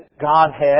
Godhead